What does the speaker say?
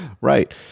right